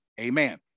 Amen